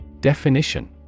Definition